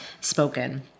spoken